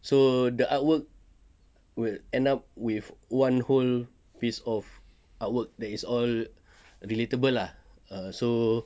so the artwork will end up with one whole piece of artwork that is all relatable ah err so